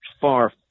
far